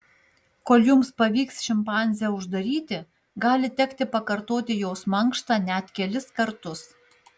kol jums pavyks šimpanzę uždaryti gali tekti pakartoti jos mankštą net kelis kartus